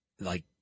like-